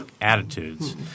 attitudes